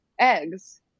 eggs